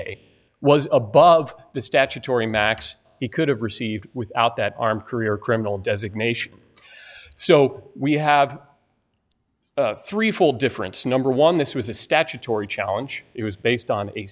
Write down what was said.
a was above the statutory max he could have received without that armed career criminal designation so we have threefold difference number one this was a statutory challenge it was based on a